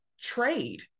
trade